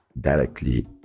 directly